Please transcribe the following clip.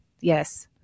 yes